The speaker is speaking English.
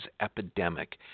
epidemic